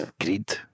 greed